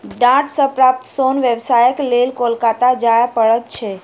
डांट सॅ प्राप्त सोन व्यवसायक लेल कोलकाता जाय पड़ैत छै